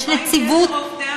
יש נציבות, מה עם יתר עובדי המדינה?